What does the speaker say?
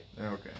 Okay